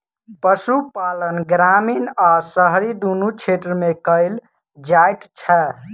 पशुपालन ग्रामीण आ शहरी दुनू क्षेत्र मे कयल जाइत छै